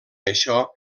això